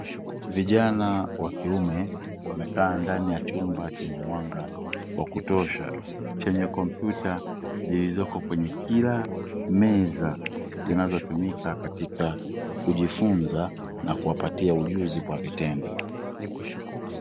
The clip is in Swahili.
Vijana wa kiume wamekaa ndani ya chumba chenye mwanga wa kutosha chenye kompyuta zilizoko kwenye kila meza, zinazotumika katika kujifunza na kuwapatia ujuzi kwa vitendo.